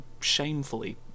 shamefully